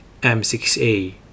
M6A